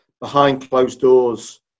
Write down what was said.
behind-closed-doors